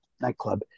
nightclub